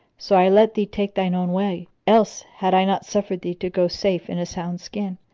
so i let thee take thine own way else had i not suffered thee to go safe in a sound skin,